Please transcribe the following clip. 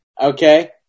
okay